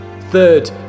Third